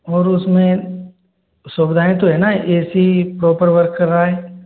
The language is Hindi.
और उसमें सुविधाएँ तो है ना ए सी प्रॉपर वर्क कर रहा है